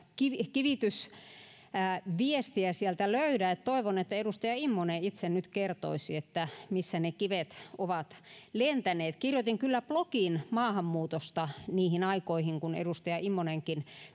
kivitysviestiä sieltä löydä toivon että edustaja immonen itse nyt kertoisi missä ne kivet ovat lentäneet kirjoitin kyllä blogin maahanmuutosta niihin aikoihin kun edustaja immonenkin